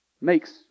makes